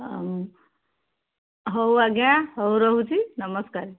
ହଉ ଆଜ୍ଞା ହଉ ରହୁଛି ନମସ୍କାର